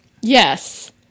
yes